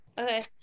Okay